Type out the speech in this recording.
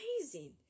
amazing